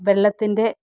വെള്ളത്തിൻ്റെ